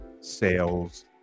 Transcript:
sales